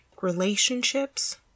relationships